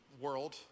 world